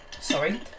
sorry